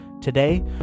Today